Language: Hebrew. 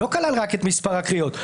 לא כלל רק את מספר הקריאות,